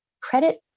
Credit